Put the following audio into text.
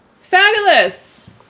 Fabulous